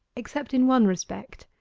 except in one respect.